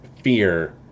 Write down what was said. fear